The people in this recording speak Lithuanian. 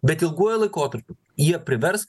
bet ilguoju laikotarpiu jie privers